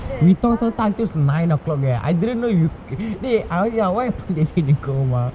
we talk talk talk until nine o'clock eh I didn't know you go ah